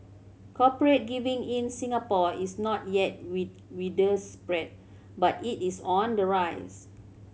corporate giving in Singapore is not yet wit widespread but it is on the rise